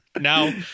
Now